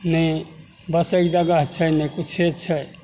नहि बसैके जगह छै नहि किछु छै